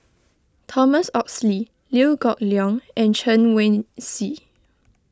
Thomas Oxley Liew Geok Leong and Chen Wen Hsi